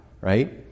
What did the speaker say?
right